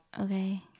okay